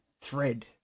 thread